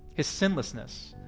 his sinlessness,